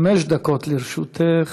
חמש דקות לרשותך.